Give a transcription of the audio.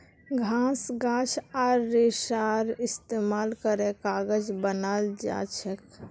घास गाछ आर रेशार इस्तेमाल करे कागज बनाल जाछेक